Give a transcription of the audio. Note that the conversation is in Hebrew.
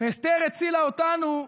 אסתר הצילה אותנו.